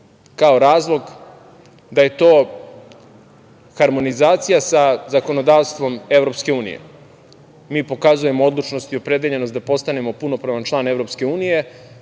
kao razlog da je to harmonizacija sa zakonodavstvom EU. Mi pokazujemo odlučnost i opredeljenost da postanemo punopravan član EU, ali mnoge